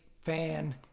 fan